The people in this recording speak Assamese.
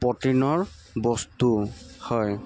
প্ৰ'টিনৰ বস্তু হয়